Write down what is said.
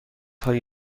های